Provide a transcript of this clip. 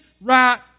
right